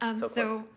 um so so,